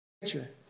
picture